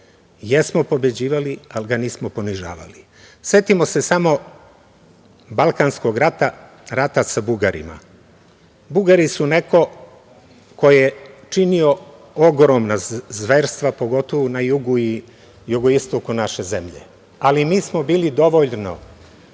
Jesmo pobeđivali, ali ga nismo ponižavali. Setimo se samo Balkanskog rata, rata sa Bugarima. Bugari su neko ko je činio ogromna zverstva, pogotovu na jugu i jugoistoku naše zemlje, ali mi smo bili dovoljno